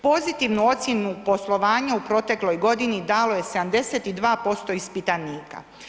Pozitivnu ocjenu poslovanja u protekloj godini dalo je 72% ispitanika.